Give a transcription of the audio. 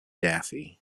daffy